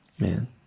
Man